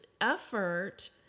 effort